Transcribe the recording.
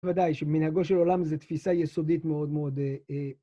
‫בוודאי, שמנהגות של עולם ‫זו תפיסה יסודית מאוד מאוד.